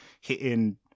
hitting